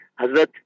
Hazrat